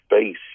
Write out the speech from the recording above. space